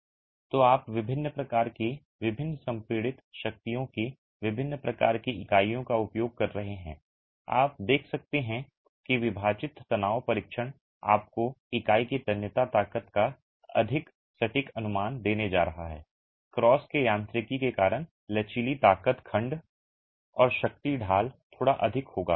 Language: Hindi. तो आप विभिन्न प्रकार की विभिन्न संपीड़ित शक्तियों की विभिन्न प्रकार की इकाइयों का उपयोग कर रहे हैं आप देख सकते हैं कि विभाजित तनाव परीक्षण आपको इकाई की तन्यता ताकत का अधिक सटीक अनुमान देने जा रहा है क्रॉस के यांत्रिकी के कारण लचीली ताकत खंड और शक्ति ढाल थोड़ा अधिक होगा